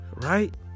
Right